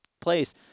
place